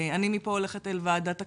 אני מפה הולכת לוועדת הכספים,